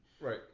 Right